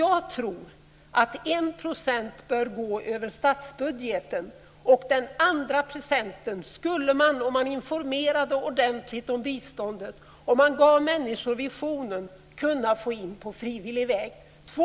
Jag tror att 1 % bör gå över statsbudgeten, och den andra procenten skulle man, om man informerade ordentligt om biståndet, gav människor visionen, kunna få in på frivillig väg.